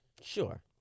Sure